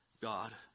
God